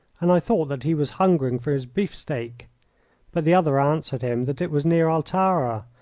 and i thought that he was hungering for his bifstek. but the other answered him that it was near altara,